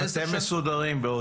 אתם מסודרים.